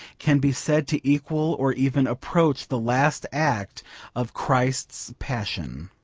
can be said to equal or even approach the last act of christ's passion.